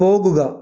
പോകുക